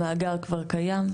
המאגר כבר קיים,